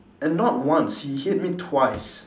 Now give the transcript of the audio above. and not once he hit me twice